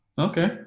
Okay